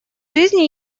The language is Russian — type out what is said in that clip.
жизни